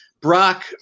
Brock